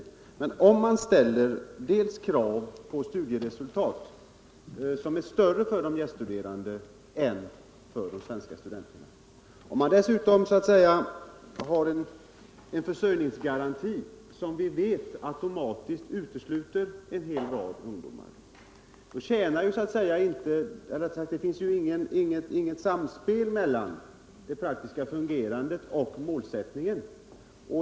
Om man dels ställer större krav när det gäller studieresultat på de gäststuderande än på de svenska studenterna, dels kräver en försörjningsgaranti som vi vet automatiskt utesluter en hel rad ungdomar, finns det ju inget samspel mellan målsättningen och den praktiska verksamheten.